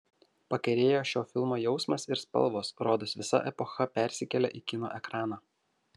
pakerėjo šio filmo jausmas ir spalvos rodos visa epocha persikėlė į kino ekraną